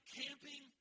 camping